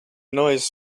noise